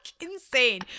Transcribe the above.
insane